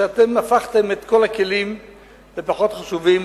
שאתם הפכתם את כל הכלים לפחות חשובים,